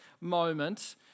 moment